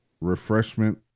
refreshment